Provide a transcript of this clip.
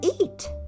eat